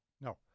No